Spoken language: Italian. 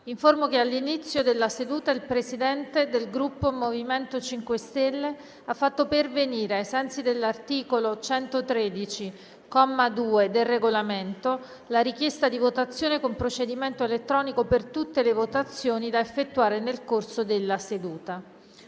che all'inizio della seduta il Presidente del Gruppo MoVimento 5 Stelle ha fatto pervenire, ai sensi dell'articolo 113, comma 2, del Regolamento, la richiesta di votazione con procedimento elettronico per tutte le votazioni da effettuare nel corso della seduta.